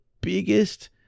biggest